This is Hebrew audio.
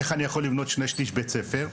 איך אני יכול לבנות שני-שליש בית ספר?